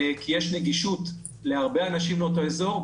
כי יש נגישות של הרבה אנשים לאותו אזור.